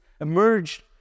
emerged